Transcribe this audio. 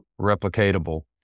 replicatable